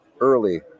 early